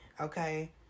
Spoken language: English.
okay